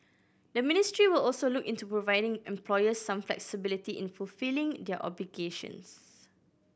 the ministry will also look into providing employers some flexibility in fulfilling their obligations